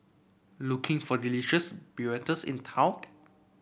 looking for delicious burritos in